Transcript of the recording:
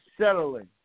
settling